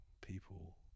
people